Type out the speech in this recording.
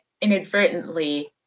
inadvertently